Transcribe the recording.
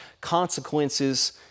Consequences